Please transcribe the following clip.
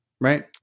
right